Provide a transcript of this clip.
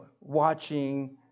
watching